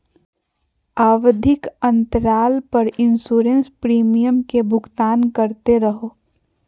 आवधिक अंतराल पर इंसोरेंस प्रीमियम के भुगतान करते रहो